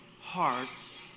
hearts